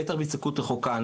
בטח בהסתכלות רחוקה.